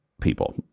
people